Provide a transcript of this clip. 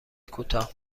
کوتاه